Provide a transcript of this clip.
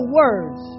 words